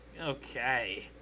Okay